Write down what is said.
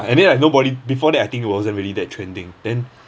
and then like nobody before that I think it wasn't really that trending then